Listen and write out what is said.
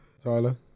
Tyler